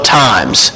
times